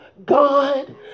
God